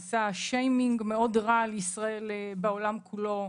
עשה שיימינג מאוד רע לישראל בעולם כולו.